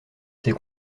ses